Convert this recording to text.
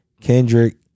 Kendrick